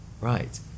right